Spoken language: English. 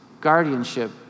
guardianship